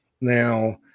Now